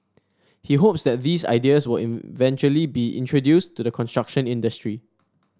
he hopes that these ideas will eventually be introduced to the construction industry